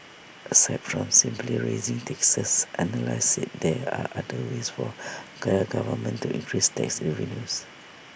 aside from simply raising taxes analysts said there are other ways for government to increase tax revenues